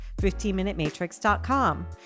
15minutematrix.com